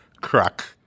crack